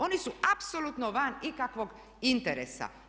Oni su apsolutno van ikakvog interesa.